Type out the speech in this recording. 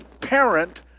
parent